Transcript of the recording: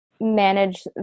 manage